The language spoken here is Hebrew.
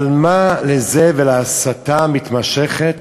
אבל מה לזה ולהסתה המתמשכת,